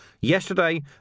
yesterday